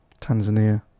Tanzania